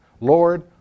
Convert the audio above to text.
Lord